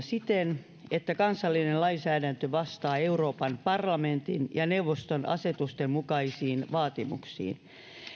siten että kansallinen lainsäädäntö vastaa euroopan parlamentin ja neuvoston asetusten mukaisia vaatimuksia